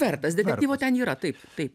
vertas detektyvo ten yra taip taip